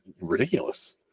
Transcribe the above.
ridiculous